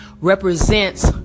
represents